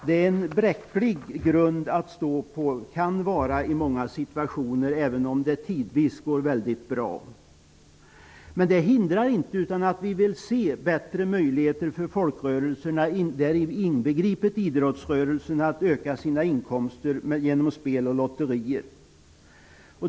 Det kan i många situationer vara en bräcklig grund att stå på, även om det tidvis går väldigt bra. Detta hindrar dock inte att vi vill se bättre möjligheter för folkrörelserna, inbegripet idrottsrörelsen, att öka sina inkomster genom spel och lotterier.